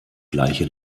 gleiche